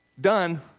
done